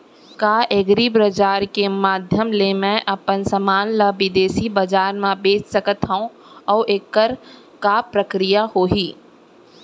का एग्रीबजार के माधयम ले मैं अपन समान ला बिदेसी बजार मा बेच सकत हव अऊ एखर का प्रक्रिया होही?